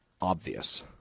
obvious